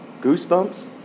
Goosebumps